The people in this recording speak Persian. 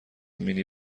مینی